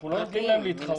אנחנו לא נותנים להם להתחרות.